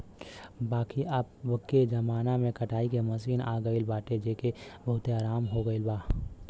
बाकी अबके जमाना में कटाई के मशीन आई गईल बाटे जेसे बहुते आराम हो गईल बाटे